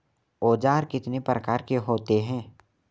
औज़ार कितने प्रकार के होते हैं?